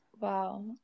Wow